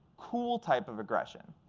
cool type of aggression.